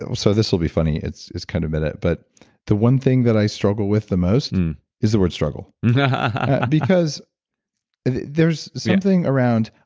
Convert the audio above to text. so so, this'll be funny, it's. kind of but but the one thing that i struggle with the most is the word struggle because there's something around,